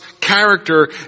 character